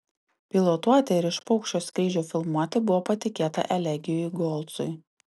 pilotuoti ir iš paukščio skrydžio filmuoti buvo patikėta elegijui golcui